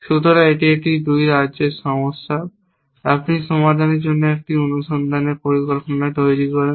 সুতরাং এটি একটি 2 রাজ্যের সমস্যা আপনি সমাধানের জন্য একটি অনুসন্ধানের পরিকল্পনা তৈরি করেন